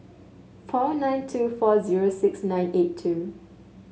four nine two four zero six nine eight two